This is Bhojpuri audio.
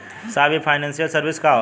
साहब इ फानेंसइयल सर्विस का होला?